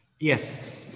Yes